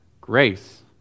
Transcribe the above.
grace